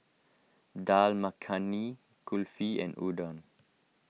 Dal Makhani Kulfi and Udon